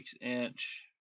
inch